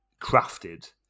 crafted